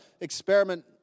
experiment